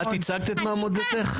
את הצגת את מועמדותך?